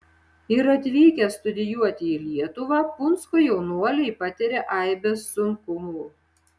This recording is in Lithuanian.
ir atvykę studijuoti į lietuvą punsko jaunuoliai patiria aibes sunkumų